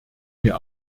mir